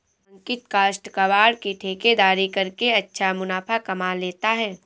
अंकित काष्ठ कबाड़ की ठेकेदारी करके अच्छा मुनाफा कमा लेता है